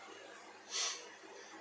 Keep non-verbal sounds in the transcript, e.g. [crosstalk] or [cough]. [noise]